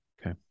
Okay